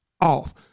off